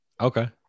Okay